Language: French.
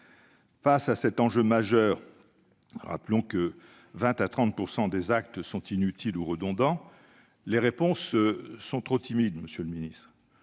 face à cet enjeu majeur- rappelons que 20 % à 30 % des actes sont inutiles ou redondants -, les réponses sont trop timides. Le dossier médical